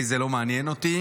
כי זה לא מעניין אותי.